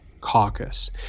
caucus